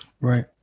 Right